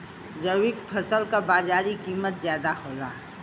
जैविक फसल क बाजारी कीमत ज्यादा होला